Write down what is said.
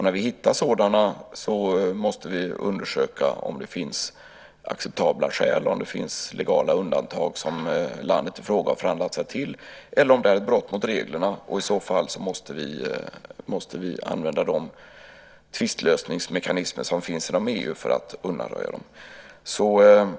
När vi hittar sådant måste vi undersöka om det finns acceptabla skäl och om det finns legala undantag som landet i fråga förhandlat sig till eller om det rör sig om ett brott mot reglerna. I så fall måste vi använda de tvistlösningsmekanismer som finns inom EU för att undanröja dem.